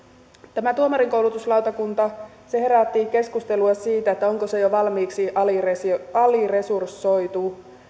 tämä tuomarinkoulutuslautakunta herätti keskustelua siitä onko se jo valmiiksi aliresursoitu aliresursoitu